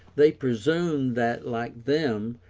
they presumed that, like them,